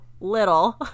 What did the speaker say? little